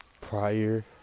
prior